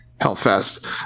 Hellfest